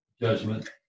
judgment